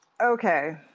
Okay